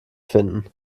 finden